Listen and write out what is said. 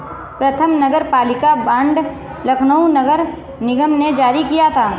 प्रथम नगरपालिका बॉन्ड लखनऊ नगर निगम ने जारी किया था